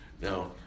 Now